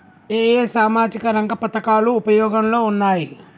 ఏ ఏ సామాజిక రంగ పథకాలు ఉపయోగంలో ఉన్నాయి?